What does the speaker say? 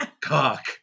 cock